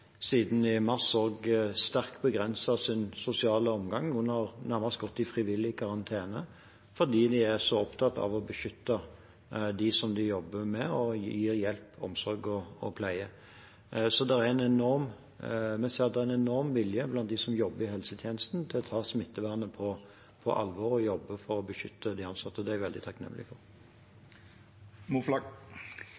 nærmest gått i frivillig karantene fordi de er så opptatt av å beskytte dem de jobber med, og gir hjelp, omsorg og pleie. Vi ser at det er en enorm vilje blant dem som jobber i helsetjenesten til å ta smittevernet på alvor og jobbe for å beskytte de ansatte. Det er jeg veldig takknemlig for.